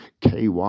KY